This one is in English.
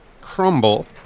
...crumble